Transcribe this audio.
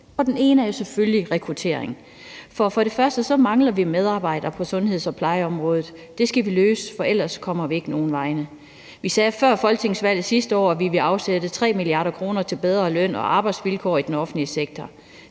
er den ene er jo selvfølgelig rekruttering: Vi mangler medarbejdere på sundheds- og plejeområdet. Det skal vi løse, for ellers kommer vi ikke nogen vegne. Vi sagde før folketingsvalget sidste år, at vi ville afsætte 3 mia. kr. til bedre løn og arbejdsvilkår i den offentlige sektor.